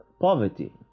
poverty